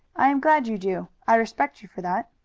i am glad you do. i respect you for that.